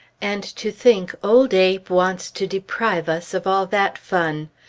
and to think old abe wants to deprive us of all that fun!